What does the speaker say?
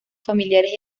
familiares